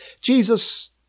Jesus